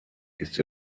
ist